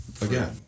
Again